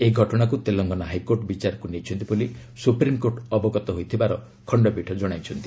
ଏହି ଘଟଣାକୁ ତେଲଙ୍ଗନା ହାଇକୋର୍ଟ ବିଚାରକୁ ନେଇଛନ୍ତି ବୋଲି ସୁପ୍ରିମ୍କୋର୍ଟ ଅବଗତ ହୋଇଥିବାର ଖଣ୍ଡପୀଠ କହିଛନ୍ତି